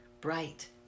Bright